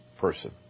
person